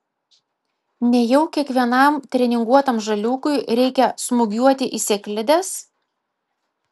nejau kiekvienam treninguotam žaliūkui reikia smūgiuoti į sėklides